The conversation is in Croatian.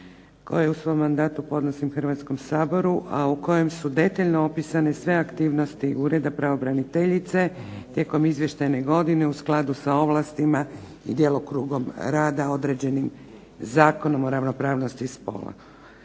koje u svom mandatu podnosim Hrvatskom saboru, a u kojem su detaljno opisane sve aktivnosti Ureda pravobraniteljice tijekom izvještajne godine u skladu sa ovlastima i djelokrugom rada određenim Zakonom o ravnopravnosti spolova.